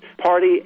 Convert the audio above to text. Party